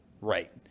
right